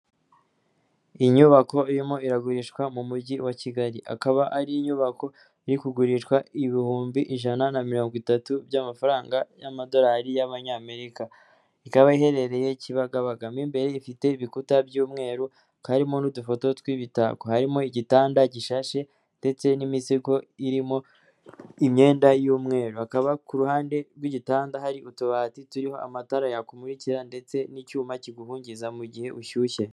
Iy'inyubako irimo iragurishwa mu mujyi wa kigali, ikaba ari inyubako iri kugurishwa ibihubi ijana na mirongo itatu by'amafaranga y'amadorari y'abanyamerika, ikaba iherereye kibagabaga, imbere ifite ibikuta by'umweru, harimo n'udufoto tw'imitako harimo igitanda gishashe ndetse n'imisego irimo imyenda y'umweru, hakaba ku ruhande rw'igitanda hari utubati turiho amatara yakumurikira ndetse n'icyuma kiguhungiza mu gihe ushyushye.